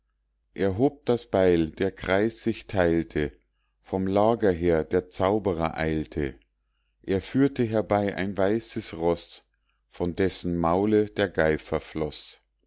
er hob das beil der kreis sich teilte vom lager her der zauberer eilte er führte herbei ein weißes roß von dessen maule der geifer floß